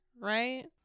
right